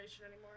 anymore